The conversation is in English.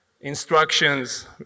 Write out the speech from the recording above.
instructions